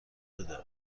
بده